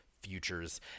futures